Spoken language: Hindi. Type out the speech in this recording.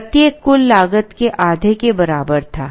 तो प्रत्येक कुल लागत के आधे के बराबर था